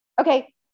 Okay